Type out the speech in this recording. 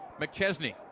McChesney